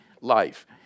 life